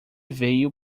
veio